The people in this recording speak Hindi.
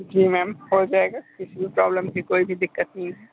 जी मैम हो जाएगा किसी भी प्रॉब्लम की कोई दिक्कत नहीं है